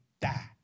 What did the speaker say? die